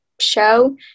show